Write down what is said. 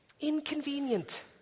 Inconvenient